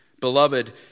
Beloved